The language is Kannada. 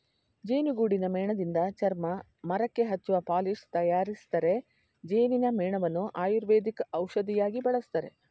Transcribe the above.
ಜೇನುಗೂಡಿನ ಮೇಣದಿಂದ ಚರ್ಮ, ಮರಕ್ಕೆ ಹಚ್ಚುವ ಪಾಲಿಶ್ ತರಯಾರಿಸ್ತರೆ, ಜೇನಿನ ಮೇಣವನ್ನು ಆಯುರ್ವೇದಿಕ್ ಔಷಧಿಯಾಗಿ ಬಳಸ್ತರೆ